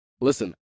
listen